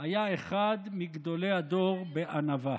היה אחד מגדולי הדור בענווה.